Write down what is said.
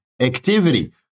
activity